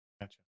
Gotcha